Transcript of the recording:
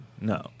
no